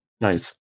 nice